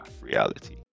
reality